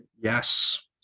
Yes